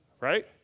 Right